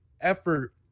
effort